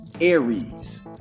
Aries